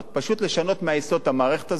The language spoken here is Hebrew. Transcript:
פשוט לשנות מהיסוד את כל המערכת הזאת.